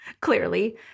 clearly